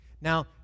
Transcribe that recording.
Now